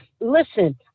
listen